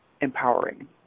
empowering